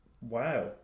Wow